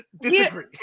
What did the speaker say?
disagree